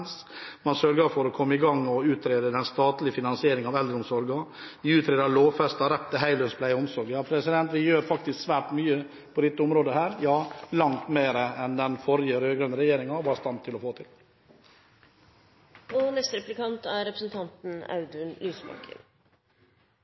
demens. Man sørger for å komme i gang med å utrede den statlige finansieringen av eldreomsorgen. Vi utreder lovfestet rett til heldøgns pleie og omsorg. Vi gjør faktisk svært mye på dette området – ja, langt mer enn det den forrige, rød-grønne, regjeringen var i stand til å få